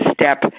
step